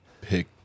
pick